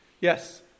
Yes